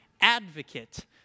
Advocate